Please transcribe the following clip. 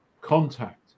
contact